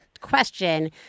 question